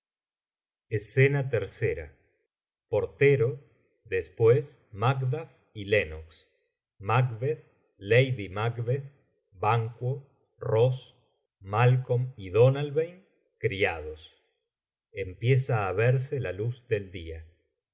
escena íll portero después macduff v lennox macbeth lady macbeth banquo ross malcolm y donalbain criados empieza á verse la luz dei día